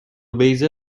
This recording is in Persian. بیضه